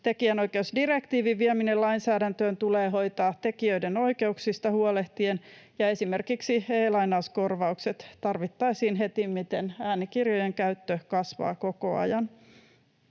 Tekijänoikeusdirektiivin vieminen lainsäädäntöön tulee hoitaa tekijöiden oikeuksista huolehtien, ja esimerkiksi e-lainauskorvaukset tarvittaisiin hetimmiten — äänikirjojen käyttö kasvaa koko ajan.